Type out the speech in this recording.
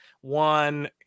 one